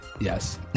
yes